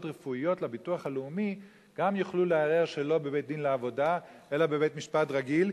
רפואיות לביטוח הלאומי יוכלו לערער שלא בבית-דין לעבודה אלא בבית-משפט רגיל,